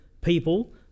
people